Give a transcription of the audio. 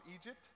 Egypt